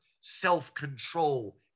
self-control